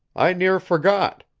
i near forgot.